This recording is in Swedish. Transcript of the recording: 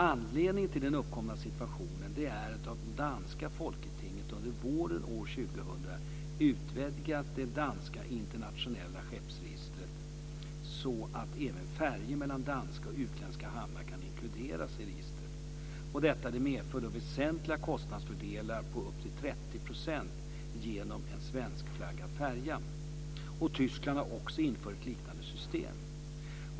Anledningen till den uppkomna situationen är att danska folketinget under våren 2000 utvidgade det danska internationella skeppsregistret så att även färjor mellan danska och utländska hamnar kan inkluderas i registret. Detta medför väsentliga kostnadsfördelar på upp till 30 % genom en svenskflaggad färja. Tyskland har också infört liknande system.